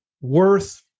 worth